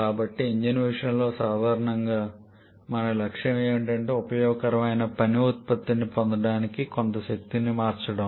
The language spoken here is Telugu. కాబట్టి ఇంజిన్ విషయంలో సాధారణంగా మన లక్ష్యం ఏమిటంటే ఉపయోగకరమైన పని ఉత్పత్తిని పొందడానికి కొంత శక్తిని మార్చడం